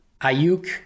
Ayuk